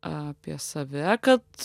apie save kad